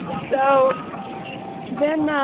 so then,